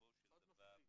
חבריא, בסופו של דבר,